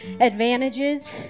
advantages